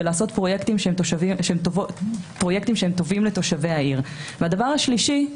ולעשות פרויקטים שהם טובים לתושבי העיר; ובדבר השלישי,